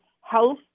health